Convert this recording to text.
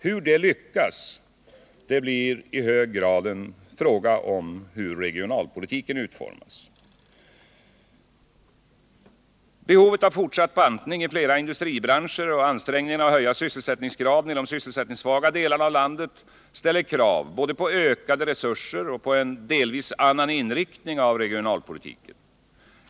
Hur det lyckas blir dock i betydande utsträckning avhängigt av hur regionalpolitiken utformas. Behovet av fortsatt bantning i flera industribranscher och ansträngningarna att höja sysselsättningsgraden i de sysselsättningssvaga delarna av landet ställer krav både på ökade resurser och på en delvis annan inriktning av regionalpolitiken.